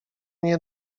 nie